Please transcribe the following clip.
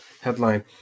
headline